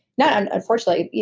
not and unfortunately, yeah